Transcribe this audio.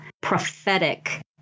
prophetic